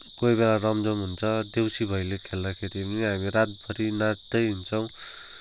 कोहीबेला रमझम हुन्छ देउसी भैलो खेल्दाखेरि पनि हामी रातभरी नाँच्दै हिँडछौँ